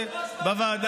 מעט?